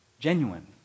Genuine